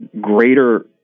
greater